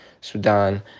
Sudan